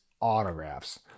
autographs